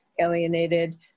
alienated